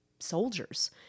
soldiers